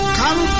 come